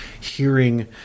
hearing